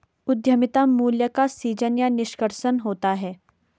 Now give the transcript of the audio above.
उद्यमिता मूल्य का सीजन या निष्कर्षण होता है